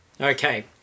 Okay